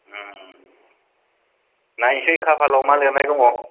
ओम नायसै खाफालाव मा लिरनाय दङ